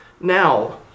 now